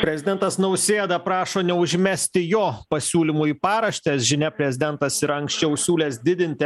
prezidentas nausėda prašo neužmesti jo pasiūlymų į paraštes žinia prezidentas yra anksčiau siūlęs didinti